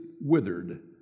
withered